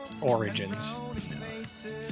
Origins